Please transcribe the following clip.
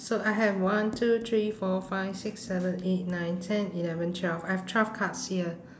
so I have one two three four five six seven eight nine ten eleven twelve I have twelve cards here